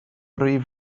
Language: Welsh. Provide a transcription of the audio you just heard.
rif